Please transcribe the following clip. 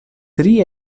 tri